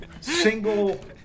single